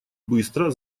быстро